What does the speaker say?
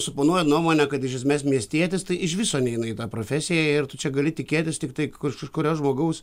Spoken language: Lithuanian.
suponuoja nuomonę kad iš esmės miestietis tai iš viso neina į tą profesiją ir tu čia gali tikėtis tiktai kažkurio žmogaus